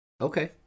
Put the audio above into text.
Okay